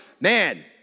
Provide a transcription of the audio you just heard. man